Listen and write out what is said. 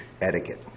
etiquette